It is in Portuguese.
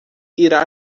irá